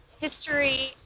history